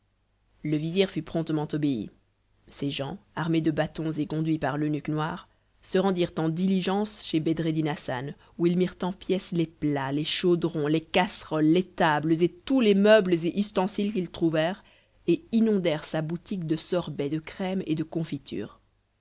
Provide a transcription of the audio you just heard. le vizir fut promptement obéi ses gens armés de bâtons et conduits par l'eunuque noir se rendirent en diligence chez bedreddin hassan où ils mirent en pièces les plats les chaudrons les casseroles les tables et tous les autres meubles et ustensiles qu'ils trouvèrent et inondèrent sa boutique de sorbet de crème et de confitures